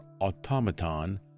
Automaton